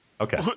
Okay